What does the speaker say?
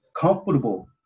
comfortable